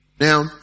Now